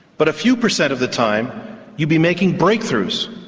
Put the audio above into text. but a few percent of the time you'd be making breakthroughs,